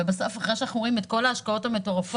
ובסוף, אחרי שאנחנו רואים את כל ההשקעות המטורפות,